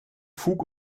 fug